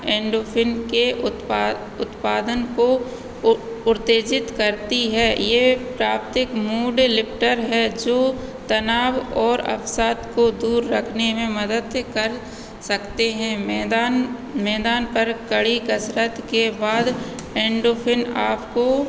endorphin के उत्पादन को उत्तेजित करती है ये प्राप्तिक मूड लिफ्टर है जो तनाव ओर अवसाद को दूर रखने में मदद कर सकते हैं मैदान मैदान पर कड़ी कसरत के बाद एंडोफ़िन आपको